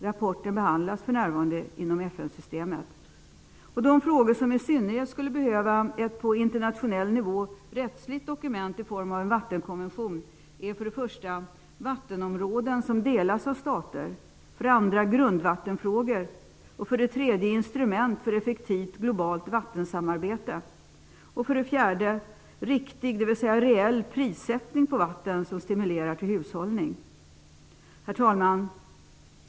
Rapporten behandlas för närvarande inom De frågor som i synnerhet skulle behöva ett på internationell nivå rättsligt dokument i form av en vattenkonvention är för det första vattenområden som delas av stater, för det andra grundvattenfrågor, för det tredje instrument för effektivt globalt vattensamarbete och för det fjärde reell prissättning på vatten som stimulerar till hushållning. Herr talman!